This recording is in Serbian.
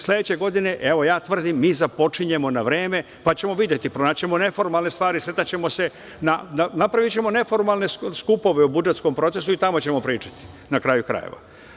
Sledeće godine, evo ja tvrdim, mi započinjemo na vreme, pa ćemo videti, pronaći ćemo neformalne stvari, napravićemo neformalne skupove o budžetskom procesu i tamo ćemo pričati, na kraju krajeva.